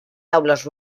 taules